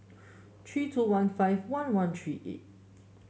three two one five one one three eight